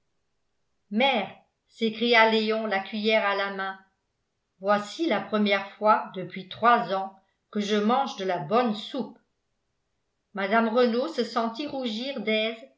mère s'écria léon la cuiller à la main voici la première fois depuis trois ans que je mange de la bonne soupe mme renault se sentit rougir d'aise